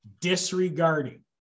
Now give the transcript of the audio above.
disregarding